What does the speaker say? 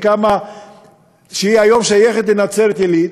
שהיום שייכת לנצרת-עילית